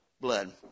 blood